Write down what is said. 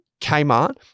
Kmart